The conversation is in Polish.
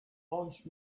bądź